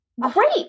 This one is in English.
Great